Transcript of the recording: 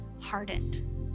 hardened